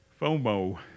FOMO